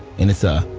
and it's a,